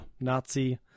Nazi